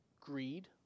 greed